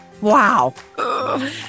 Wow